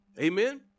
Amen